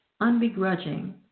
unbegrudging